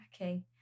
okay